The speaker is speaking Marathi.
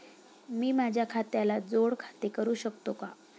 मी माझ्या खात्याला जोड खाते करू शकतो का?